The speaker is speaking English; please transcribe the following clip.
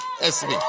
Esme